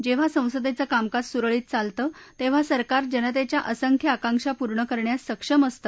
जेव्हा संसदेचं कामकाज सुरळीत चालतं तेव्हा सरकार जनतेच्या असंख्य आकांक्षा पुर्ण करण्यास सक्षम असते